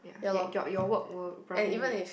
yeah your your work will probably need